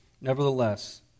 nevertheless